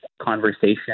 conversation